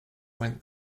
went